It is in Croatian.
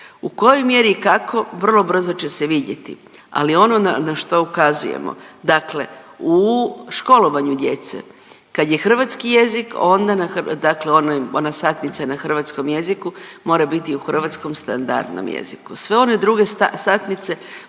u kojoj mjeri i kako vrlo brzo će se vidjeti, ali ono na, na što ukazujemo, dakle u školovanju djece kad je hrvatski jezik onda na hrva…, dakle ona, ona satnica na hrvatskom jeziku mora biti u hrvatskom standardnom jeziku, sve one druge satnice